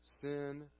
Sin